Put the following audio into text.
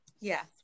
Yes